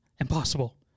Impossible